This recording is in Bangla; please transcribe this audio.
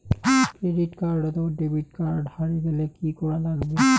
ক্রেডিট কার্ড অথবা ডেবিট কার্ড হারে গেলে কি করা লাগবে?